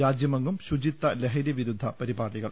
രാജ്യമെങ്ങും ശുചിത്വ ലഹരി വിരുദ്ധ പരിപാടികൾ